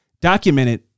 documented